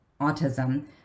autism